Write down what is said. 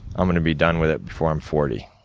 i'm gonna be done with it before i'm forty.